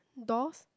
doors